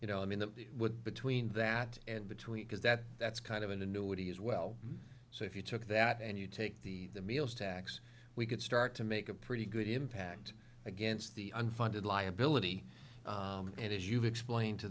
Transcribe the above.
you know i mean that would between that and between because that that's kind of an annuity as well so if you took that and you take the meals tax we could start to make a pretty good impact against the unfunded liability and as you've explained to